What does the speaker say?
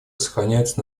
сохраняются